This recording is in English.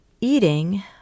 eating